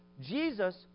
Jesus